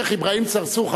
שיח' אברהים צרצור,